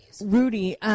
Rudy